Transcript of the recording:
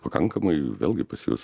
pakankamai vėlgi pasijus